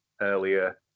earlier